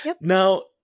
Now